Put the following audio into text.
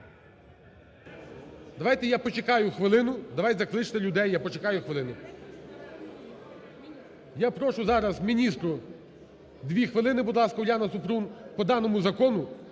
Давайте я почекаю хвилину, давайте закличте людей, я почекаю хвилину. Я прошу зараз міністру дві хвилини. Будь ласка, Уляна Супрун. По даному закону